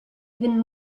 even